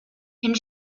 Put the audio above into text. and